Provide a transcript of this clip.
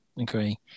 agree